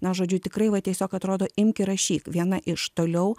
na žodžiu tikrai va tiesiog atrodo imk ir rašyk viena iš toliau